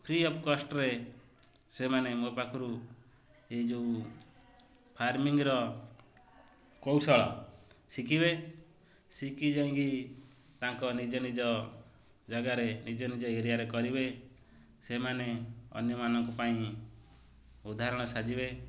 free of କଷ୍ଟରେ ସେମାନେ ମୋ ପାଖରୁ ଏଇ ଯେଉଁ ଫାର୍ମିଙ୍ଗର କୌଶଳ ଶିଖିବେ ଶିଖି ଯାଇକି ତାଙ୍କ ନିଜ ନିଜ ଜାଗାରେ ନିଜ ନିଜ ଏରିଆରେ କରିବେ ସେମାନେ ଅନ୍ୟମାନଙ୍କ ପାଇଁ ଉଦାହରଣ ସାଜିବେ